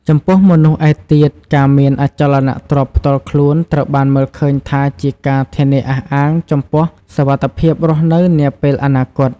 ចំពោះមនុស្សឯទៀត ការមានអចលនទ្រព្យផ្ទាល់ខ្លួនត្រូវបានមើលឃើញថាជាការធានាអះអាងចំពោះសុវត្ថិភាពរស់នៅនាពេលអនាគត។